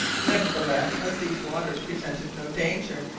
nevertheless, as these waters presented no danger,